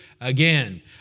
again